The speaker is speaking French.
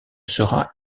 sera